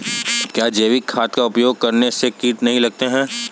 क्या जैविक खाद का उपयोग करने से कीड़े नहीं लगते हैं?